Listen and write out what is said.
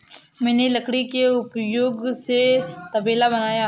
मैंने लकड़ी के उपयोग से तबेला बनाया